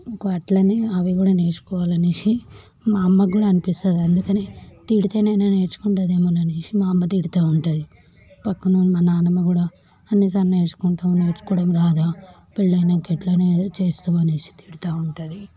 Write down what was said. ఇంక అట్లనే అవి కూడా నేర్చుకోవాలనేసి మా అమ్మకి కూడా అనిపిస్తుంది అందుకనే తిడితేనైనా నేర్చుకుంటుందమో అనేసి మా అమ్మ తిడుతూ ఉంటుంది పక్కన మా నానమ్మ కూడా అన్నిసార్లు నేర్చుకుంటావు నేర్చుకోవడం రాదా పెళ్ళయినాకా ఎట్లా నే చేస్తావు అనేసి తిడుతూ ఉంటుంది